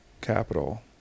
...capital